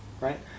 right